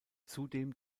zudem